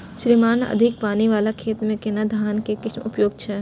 श्रीमान अधिक पानी वाला खेत में केना धान के किस्म उपयुक्त छैय?